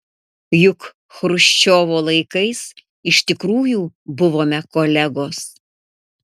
juk chruščiovo laikais iš tikrųjų buvome kolegos